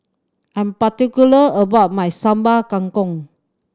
I'm particular about my Sambal Kangkong